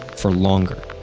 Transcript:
for longer.